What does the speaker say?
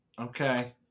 okay